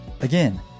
Again